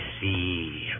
see